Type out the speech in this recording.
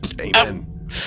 Amen